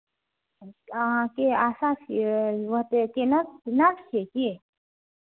अहाँ के आसा छियै वह ते कि नर्स नर्स छियै कि